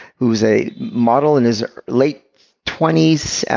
who's a model in his late twenty s,